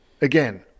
again